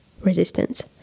resistance